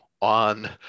on